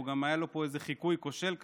וגם היה לו פה איזה חיקוי כושל כזה,